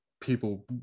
people